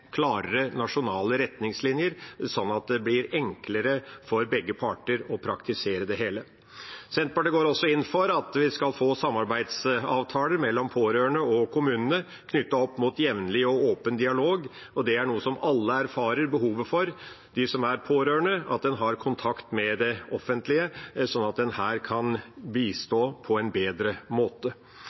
klarere nasjonale retningslinjer, slik at det blir enklere for begge parter å praktisere det hele. Senterpartiet går også inn for at vi skal få samarbeidsavtaler mellom pårørende og kommunene knyttet opp mot jevnlig og åpen dialog. Det er noe som alle de pårørende erfarer behovet for – at en har kontakt med det offentlige, slik at en kan bistås på en bedre måte.